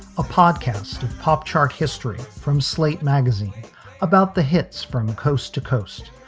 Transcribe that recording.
a podcast of pop chart history from slate magazine about the hits from coast to coast.